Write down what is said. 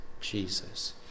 jesus